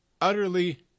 utterly